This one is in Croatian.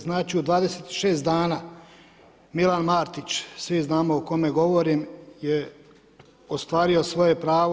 Znači u 26 dana Milan Martić, svi znamo o kome govorim je ostvario svoje pravo.